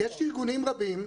יש ארגונים רבים.